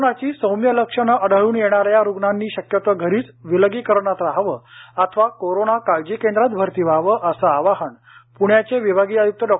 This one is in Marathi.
कोरोनाची सौम्य लक्षणे आढळून येणाऱ्या रुग्णांनी शक्यतो घरीच विलगीकरणात रहावे अथवा कोरोना काळजी केंद्रात भरती व्हावं असं आवाहन पुण्याचे विभागीय आयुक्त डॉ